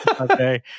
Okay